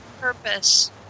purpose